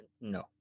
No